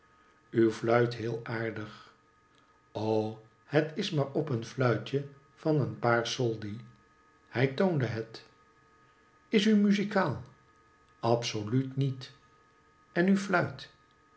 u fluit heel aardig o het is maar op een fluitje van een paar soldi hij toonde het isumuzikaal absoluut niet en u fluit